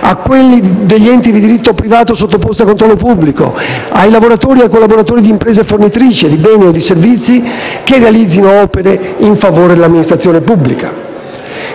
a quelli degli enti di diritto privato sottoposti a controllo pubblico, ai lavoratori e ai collaboratori di imprese fornitrici di beni o servizi e che realizzino opere in favore dell'amministrazione pubblica.